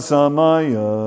Samaya